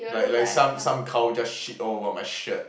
like like some some cow just shit all over my shirt